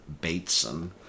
Bateson